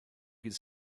could